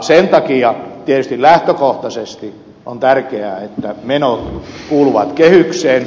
sen takia tietysti lähtökohtaisesti on tärkeää että menot kuuluvat kehykseen